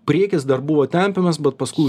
priekis dar buvo tempiamas bet paskui